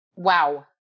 Wow